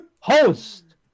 host